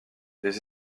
les